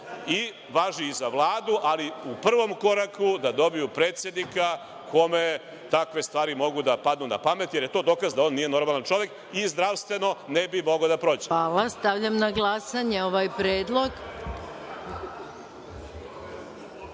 i važi i za Vladu, ali u prvom koraku da dobiju predsednika kome takve stvari mogu da padnu na pamet, jer je to dokaz da on nije normalan čovek i zdravstveno ne bi mogao da prođe. **Maja Gojković** Hvala. Stavljam na glasanje ovaj